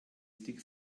stick